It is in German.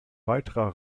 weiterer